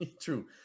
True